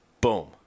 Boom